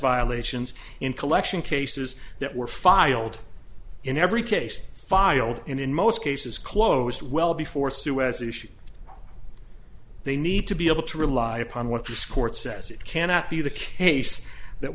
violations in collection cases that were filed in every case filed and in most cases closed well before suez issue they need to be able to rely upon what the sport says it cannot be the case that